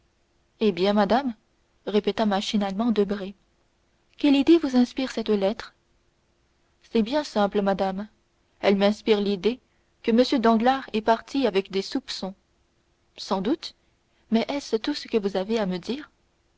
eh bien madame répéta machinalement debray quelle idée vous inspire cette lettre c'est bien simple madame elle m'inspire l'idée que m danglars est parti avec des soupçons sans doute mais est-ce tout ce que vous avez à me dire